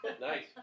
Nice